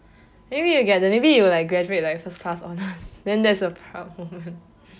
maybe you get the maybe you will like graduate like first class honors then that's a proud moment